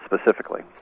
specifically